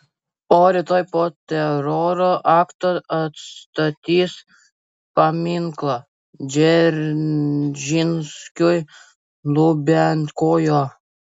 o rytoj po teroro akto atstatys paminklą dzeržinskiui lubiankoje